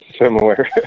Similar